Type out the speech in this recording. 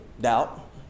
doubt